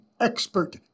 expert